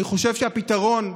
אני חושב שהפתרון,